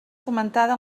fomentada